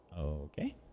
Okay